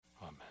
Amen